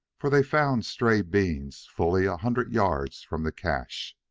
for they found stray beans fully a hundred yards from the cache.